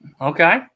Okay